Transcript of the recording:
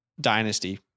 dynasty